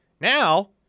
Now